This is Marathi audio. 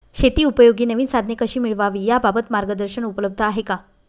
शेतीउपयोगी नवीन साधने कशी मिळवावी याबाबत मार्गदर्शन उपलब्ध आहे का?